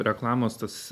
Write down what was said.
reklamos tas